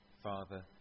Father